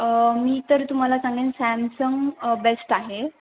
मी तर तुम्हाला सांगेन सॅमसंग बेस्ट आहे